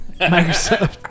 Microsoft